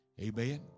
Amen